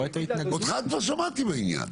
אותך כבר שמעתי בעניין.